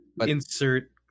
Insert